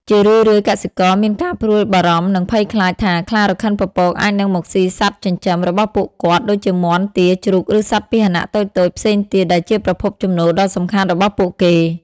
ជារឿយៗ កសិករមានការព្រួយបារម្ភ និងភ័យខ្លាចថា ខ្លារខិនពពកអាចនឹង មកស៊ីសត្វចិញ្ចឹម របស់ពួកគាត់ ដូចជាមាន់ ទា ជ្រូក ឬសត្វពាហនៈតូចៗផ្សេងទៀត ដែលជាប្រភពចំណូលដ៏សំខាន់របស់ពួកគេ។